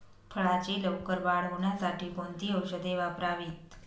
फळाची लवकर वाढ होण्यासाठी कोणती औषधे वापरावीत?